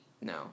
No